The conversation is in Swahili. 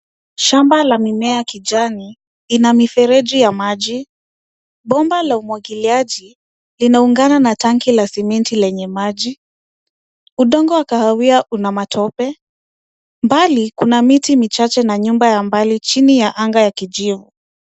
Shamba la mimea kijani ina mifereji ya maji, bomba la umwagiliaji inaungana na tanki la sementi lenye maji. Udongo wa kahawia una matope, mbali kuna miti michache na nyumba ya mbali chini ya anga ya kijivu.